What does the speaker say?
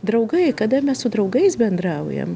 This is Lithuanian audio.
draugai kada mes su draugais bendraujam